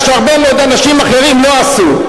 מה שהרבה מאוד אנשים אחרים לא עשו,